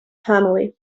family